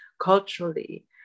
culturally